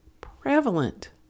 prevalent